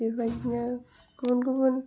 बेफोरबायदिनो गुबुन गुबुन